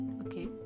Okay